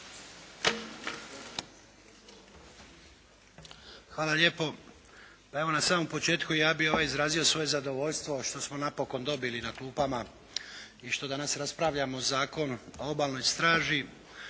Hvala lijepo. Pa evo na samom početku ja bih izrazio svoje zadovoljstvo što smo napokon dobili na klupama i što danas raspravljamo Zakon o Obalnoj straži,